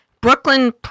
Brooklyn